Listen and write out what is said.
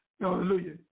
Hallelujah